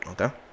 Okay